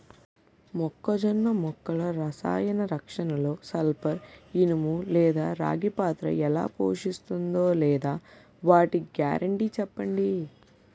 మొక్కజొన్న మొక్కల రసాయన రక్షణలో సల్పర్, ఇనుము లేదా రాగి పాత్ర ఎలా పోషిస్తుందో లేదా వాటి గ్యారంటీ చెప్పండి